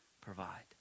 provide